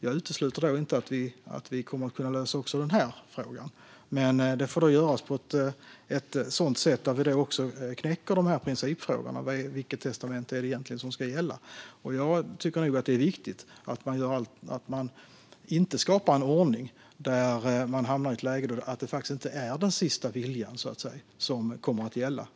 Jag utesluter inte att vi kommer att kunna lösa också denna fråga, men det får då göras på ett sådant sätt att vi också knäcker principfrågorna om vilket testamente det egentligen är som ska gälla. Jag tycker att det är viktigt att man inte skapar en ordning där man hamnar i ett läge där det inte är den sista viljan som kommer att gälla.